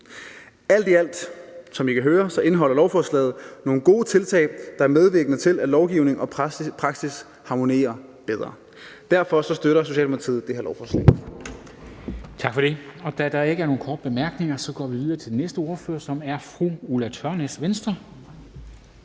af su'en. Som I kan høre, indeholder lovforslaget alt i alt nogle gode tiltag, der er medvirkende til, at lovgivning og praksis harmonerer bedre. Derfor støtter Socialdemokratiet det her lovforslag.